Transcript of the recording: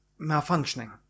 malfunctioning